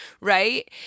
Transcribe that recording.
right